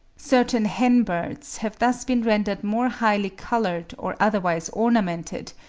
certain hen birds have thus been rendered more highly coloured or otherwise ornamented,